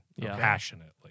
Passionately